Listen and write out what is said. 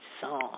Song